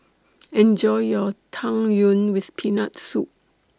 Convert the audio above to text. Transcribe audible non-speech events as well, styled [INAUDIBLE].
[NOISE] Enjoy your Tang Yuen with Peanut Soup